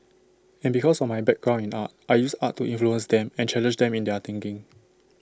and because of my background in art I use art to influence them and challenge them in their thinking